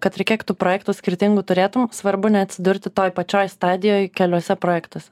kad ir kiek tu projektų skirtingų turėtum svarbu neatsidurti toj pačioj stadijoj keliuose projektuose